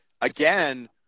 again